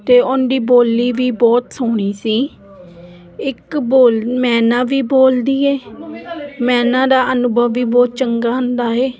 ਅਤੇ ਉਹਦੀ ਬੋਲੀ ਵੀ ਬਹੁਤ ਸੋਹਣੀ ਸੀ ਇੱਕ ਬੋਲ ਮੈਨਾ ਵੀ ਬੋਲਦੀ ਹੈ ਮੈਨਾ ਦਾ ਅਨੁਭਵ ਵੀ ਬਹੁਤ ਚੰਗਾ ਹੁੰਦਾ ਹੈ